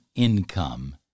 income